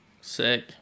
sick